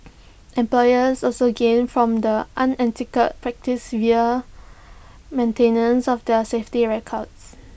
employers also gain from the unethical practice via maintenance of their safety records